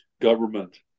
government